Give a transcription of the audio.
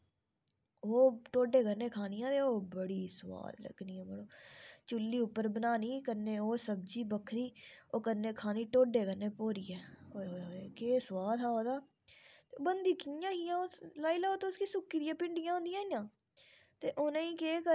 इस तरीके कन्नै गै किचन दे बिच्च छोटे बड्डे भांड़े सारे ज़ूस होंदे ते इ'यां गै मतलव सारे भांडे चाहिदे होंदे जि'यां चम्मच होई गेआ जि'यां जेह्लै मतलब चौल खाने होंदे उसलै चम्मच दी जरूरत पौंदी ते चम्मच बी चाहिदे होंदे